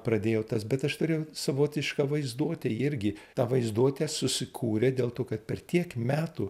pradėjau tas bet aš turėjau savotišką vaizduotę irgi ta vaizduotė susikūrė dėl to kad per tiek metų